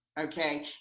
okay